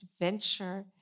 adventure